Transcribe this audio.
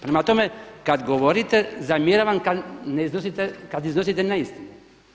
Prema tome, kad govorite zamjeram vam kad iznosite neistinu.